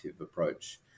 approach